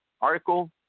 article